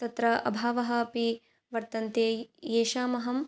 तत्र अभावः अपि वर्तन्ते येषामहं